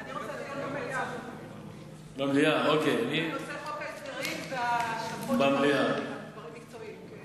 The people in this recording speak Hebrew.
אני רוצה דיון במליאה על חוק ההסדרים וההשלכות שלו על דברים מקצועיים.